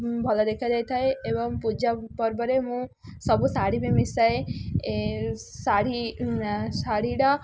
ଭଲ ଦେଖାଯାଇଥାଏ ଏବଂ ପୂଜା ପର୍ବରେ ମୁଁ ସବୁ ଶାଢ଼ୀବି ମିଶାଏ ଶାଢ଼ୀ ଶାଢ଼ୀଟା